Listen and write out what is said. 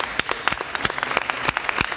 Hvala.